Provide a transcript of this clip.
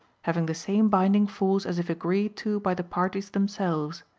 having the same binding force as if agreed to by the parties themselves.